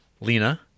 Lena